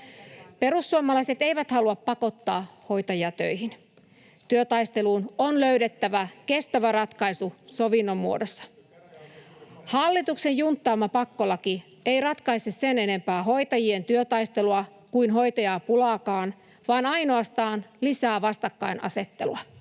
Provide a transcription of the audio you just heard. Perussuomalaiset eivät halua pakottaa hoitajia töihin. Työtaisteluun on löydettävä kestävä ratkaisu sovinnon muodossa. [Antti Lindtmanin välihuuto] Hallituksen junttaama pakkolaki ei ratkaise sen enempää hoitajien työtaistelua kuin hoitajapulaakaan, vaan ainoastaan lisää vastakkainasettelua.